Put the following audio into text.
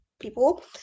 people